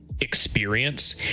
experience